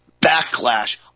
backlash